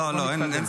אז אתה יכול להתקדם.